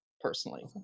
personally